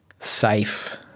safe